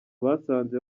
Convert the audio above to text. basanze